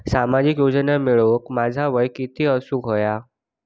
सामाजिक योजना मिळवूक माझा वय किती असूक व्हया?